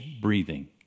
breathing